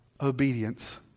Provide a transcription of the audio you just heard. Obedience